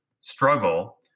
struggle